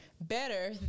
better